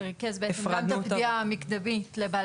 שריכז בעצם גם את הפנייה המקדמית לבעל